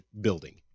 building